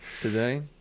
Today